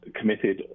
committed